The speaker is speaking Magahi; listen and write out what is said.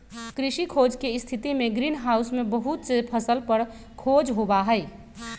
कृषि खोज के स्थितिमें ग्रीन हाउस में बहुत से फसल पर खोज होबा हई